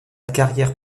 carrière